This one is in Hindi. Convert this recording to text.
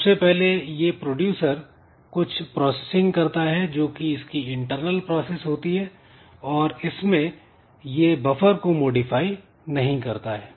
सबसे पहले यह प्रोड्यूसर कुछ प्रोसेसिंग करता है जो कि इसकी इंटरनल प्रोसेस होती है और इसमें यह बफर को मॉडिफाई नहीं करता है